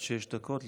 עד שש דקות לרשותך,